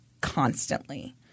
constantly